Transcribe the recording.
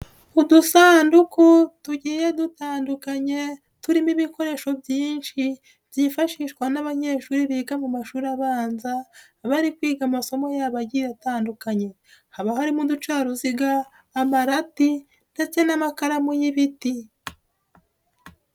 Udusanduku tugiye dutandukanye turimo ibikoresho byinshi byifashishwa n'abanyeshuri biga mu mashuri abanza bari kwiga amasomo yabo agiye atandukanye, haba harimo uducaruziga, amarati ndetse n'amakaramu y'ibiti.